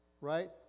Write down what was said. right